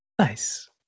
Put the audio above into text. Nice